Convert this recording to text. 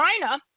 China